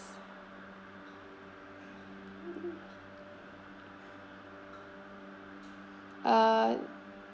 uh